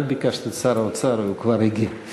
רק ביקשת את שר האוצר, והוא כבר הגיע.